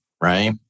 right